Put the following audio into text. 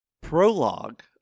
prologue